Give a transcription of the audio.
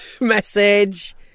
Message